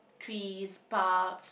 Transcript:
trees parks